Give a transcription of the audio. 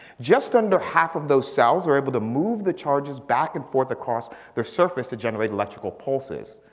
just under half of those cells are able to move the charges back and forth across their surface to generate electrical pulses.